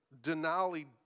Denali